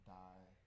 die